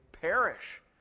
perish